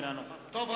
אינה נוכחת טוב,